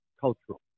cultural